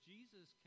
Jesus